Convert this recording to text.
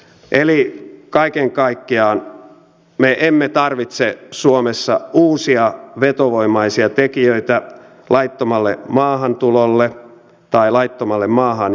eli kaiken kaikkiaan me emme tarvitse suomessa uusia vetovoimaisia tekijöitä laittomalle maahantulolle tai laittomalle maahan jäämiselle